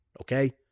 Okay